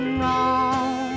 wrong